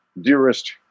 dearest